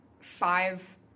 five